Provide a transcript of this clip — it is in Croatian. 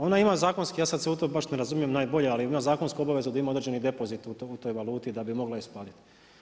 Ona ima zakonski, ja sad se u to baš ne razumijem, najbolje, ali ima zakonsku obavezu gdje ima određeni depozit u toj valuti da bi mogla isplatiti.